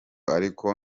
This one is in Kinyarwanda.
ariko